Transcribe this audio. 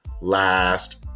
last